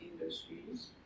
industries